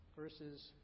Verses